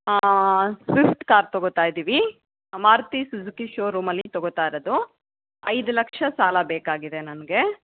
Swift car ತಗೋಳ್ತಾ ಇದ್ದೀವಿ Maruti Suzuki ಶೋರೂಮಲ್ಲಿ ತಗೋಳ್ತಾ ಇರೋದು ಐದು ಲಕ್ಷ ಸಾಲ ಬೇಕಾಗಿದೆ ನನಗೆ